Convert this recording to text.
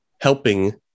helping